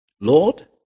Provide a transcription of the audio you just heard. Lord